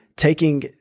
Taking